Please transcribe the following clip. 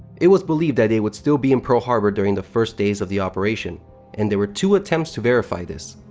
it was believed that they would still be in pearl harbor during the first days of the operation and there were two attempts to verify this.